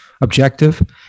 objective